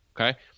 Okay